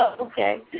Okay